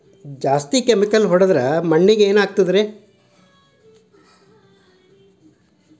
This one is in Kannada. ಜಾಸ್ತಿ ಕೆಮಿಕಲ್ ಹೊಡೆದ್ರ ಮಣ್ಣಿಗೆ ಏನಾಗುತ್ತದೆ?